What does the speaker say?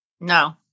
No